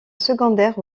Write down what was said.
secondaire